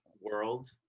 world